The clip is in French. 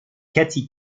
kathy